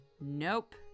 Nope